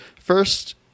first